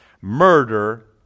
murder